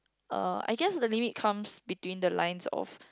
uh I guess the limit comes between the lines of